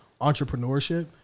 entrepreneurship